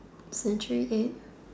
century egg